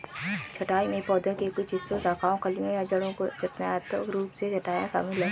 छंटाई में पौधे के कुछ हिस्सों शाखाओं कलियों या जड़ों को चयनात्मक रूप से हटाना शामिल है